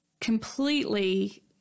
completely